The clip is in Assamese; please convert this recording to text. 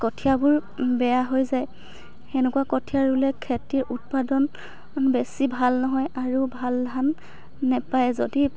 কঠিয়াবোৰ বেয়া হৈ যায় এনেকুৱা কঠিয়া ৰুলে খেতিৰ উৎপাদন বেছি ভাল নহয় আৰু ভাল ধান নেপায় যদি